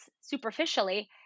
superficially